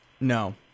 No